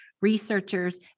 researchers